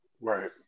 Right